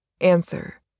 Answer